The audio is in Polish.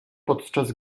podczas